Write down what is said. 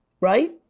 Right